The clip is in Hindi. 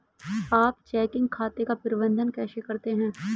आप चेकिंग खाते का प्रबंधन कैसे करते हैं?